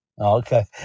okay